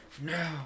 No